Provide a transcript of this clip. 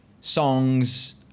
songs